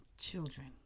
Children